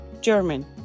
German